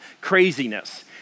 craziness